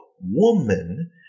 woman